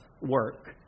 work